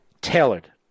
Tailored